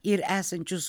ir esančius